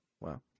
Wow